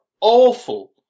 awful